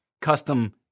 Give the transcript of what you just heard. custom